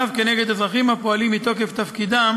ואף כנגד אזרחים הפועלים מתוקף תפקידם